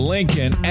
Lincoln